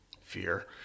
fear